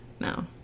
No